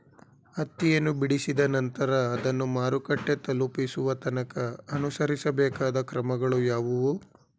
ಹತ್ತಿಯನ್ನು ಬಿಡಿಸಿದ ನಂತರ ಅದನ್ನು ಮಾರುಕಟ್ಟೆ ತಲುಪಿಸುವ ತನಕ ಅನುಸರಿಸಬೇಕಾದ ಕ್ರಮಗಳು ಯಾವುವು?